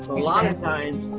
lot of times,